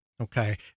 Okay